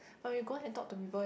but when you go out and talk to people